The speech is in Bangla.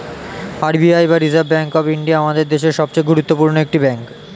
আর বি আই বা রিজার্ভ ব্যাঙ্ক অফ ইন্ডিয়া আমাদের দেশের সবচেয়ে গুরুত্বপূর্ণ একটি ব্যাঙ্ক